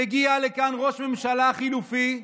מגיע לכאן ראש ממשלה חליפי,